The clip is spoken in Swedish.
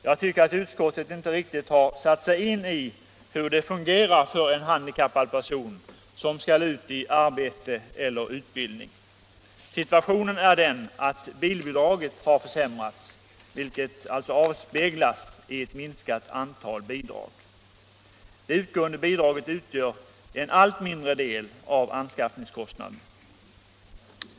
Jag tycker att utskottet inte riktigt har satt sig in i hur det fungerar för en handikappad person, som skall ut i arbete eller utbildning. Situationen är den att bilbidraget har försämrats, vilket avspeglas i ett minskat antal bidrag. Det utgående bidraget utgör en allt mindre del av anskaffningskostnaden.